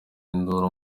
induru